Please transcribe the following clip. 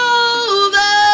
over